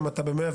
אם אתה ב-101,